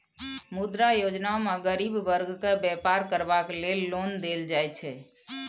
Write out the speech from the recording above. मुद्रा योजना मे गरीब बर्ग केँ बेपार करबाक लेल लोन देल जाइ छै